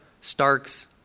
Stark's